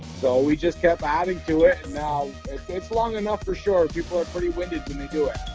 so we just kept adding to it, and now it's long enough for sure. people are pretty winded when they do it.